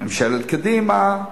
ממשלת קדימה.